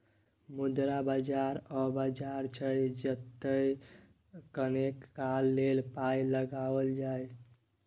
मुद्रा बाजार ओ बाजार छै जतय कनेक काल लेल पाय लगाओल जाय